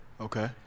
okay